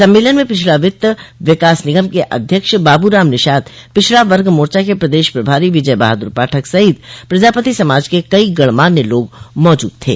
सम्मेलन में पिछड़ा वित्त विकास निगम के अध्यक्ष बाबूराम निषाद पिछड़ा वर्ग मोर्चा के प्रदेश प्रभारी विजय बहादुर पाठक सहित प्रजापति समाज के कई गणमान्य लोग मौजूद थे